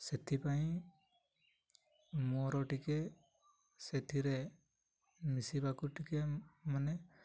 ସେଥିପାଇଁ ମୋର ଟିକେ ସେଥିରେ ମିଶିବାକୁ ଟିକେ ମାନେ